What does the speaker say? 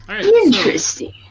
Interesting